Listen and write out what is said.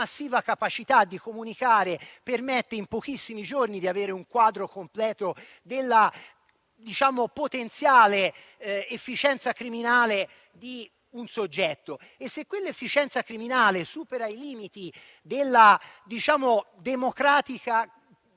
La massiva capacità di comunicare permette, in pochissimi giorni, di avere un quadro completo della potenziale efficienza criminale di un soggetto. E se quell'efficienza criminale supera i limiti della democratica